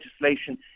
legislation